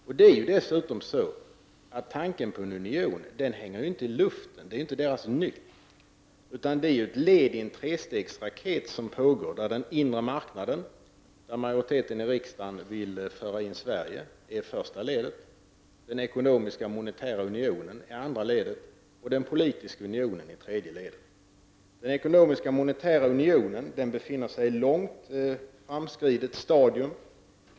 Dessutom är det så, att tanken på en union inte hänger i luften, utan detta är ett led i en trestegsraket. Den inre marknaden, som majoriteten här i riksdagen vill föra in Sverige i, är det första ledet, den ekonomiska monetära unionen det andra ledet och den politiska unionen det tredje. Den ekonomiska monetära unionen befinner sig på ett långt framskridet stadium.